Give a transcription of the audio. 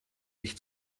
ich